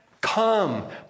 come